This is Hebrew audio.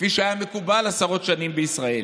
כפי שהיה מקובל עשרות שנים בישראל.